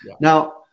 now